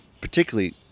particularly